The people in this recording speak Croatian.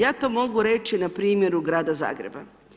Ja to mogu reći na primjeru Grada Zagreba.